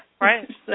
Right